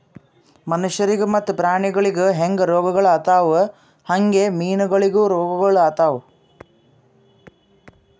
ಮನುಷ್ಯರಿಗ್ ಮತ್ತ ಪ್ರಾಣಿಗೊಳಿಗ್ ಹ್ಯಾಂಗ್ ರೋಗಗೊಳ್ ಆತವ್ ಹಂಗೆ ಮೀನುಗೊಳಿಗನು ರೋಗಗೊಳ್ ಆತವ್